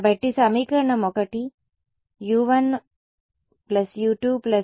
కాబట్టి మనం దీన్ని మళ్లీ వ్రాద్దాం సమీకరణం 1 సరే